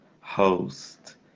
host